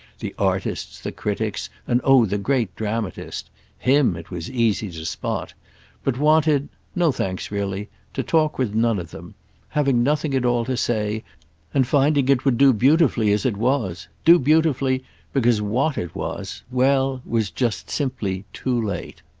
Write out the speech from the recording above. the artists, the critics and oh the great dramatist him it was easy to spot but wanted no, thanks, really to talk with none of them having nothing at all to say and finding it would do beautifully as it was do beautifully because what it was well, was just simply too late.